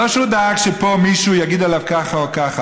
לא שהוא דאג שפה מישהו יגיד עליו ככה או ככה,